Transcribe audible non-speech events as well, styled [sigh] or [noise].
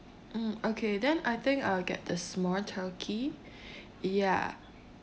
mm okay then I think I'll get the small turkey [breath] ya